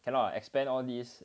cannot expect all this